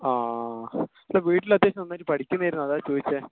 ആ ഇപ്പം വീട്ടിലെത്തിയാൽ നന്നായിട്ട് പഠിക്കുന്നത് ആയിരുന്നു അതാ ചോദിച്ചത്